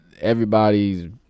everybody's